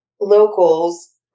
locals